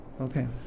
Okay